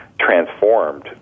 transformed